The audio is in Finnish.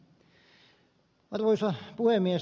arvoisa puhemies